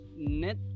net